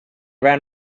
ran